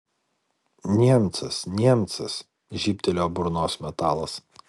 niemcas niemcas žybtelėjo burnos metalas